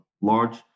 large